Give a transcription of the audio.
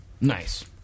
Nice